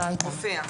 מופיע.